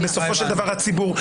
ובסופו של דבר הציבור.